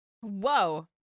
Whoa